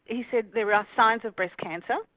he said there are signs of breast cancer.